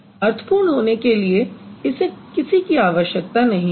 अर्थ पूर्ण होने के लिए इसे किसी और की आवश्यकता नहीं है